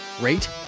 rate